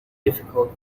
difficult